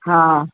हा